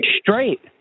straight